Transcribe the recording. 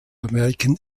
american